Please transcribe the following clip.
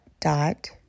dot